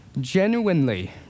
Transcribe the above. genuinely